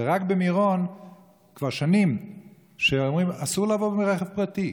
ורק במירון כבר שנים אומרים שאסור לבוא עם רכב פרטי.